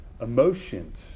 emotions